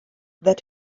that